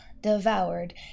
devoured